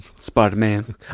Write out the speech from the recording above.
Spider-Man